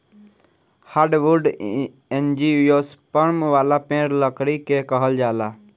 hardwood angiosperm वाला पेड़ लकड़ी के कहल जाला